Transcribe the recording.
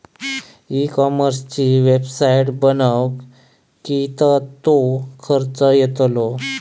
E कॉमर्सची website बनवक किततो खर्च येतलो?